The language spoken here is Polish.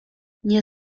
nie